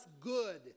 good